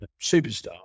superstar